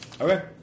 Okay